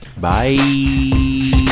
Bye